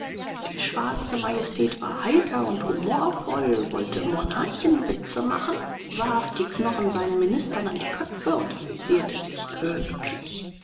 die schwarze majestät war heiter und humorvoll wollte monarchenwitze machen warf die knochen seinen ministern an die köpfe und amüsierte sich königlich